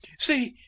see!